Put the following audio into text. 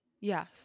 yes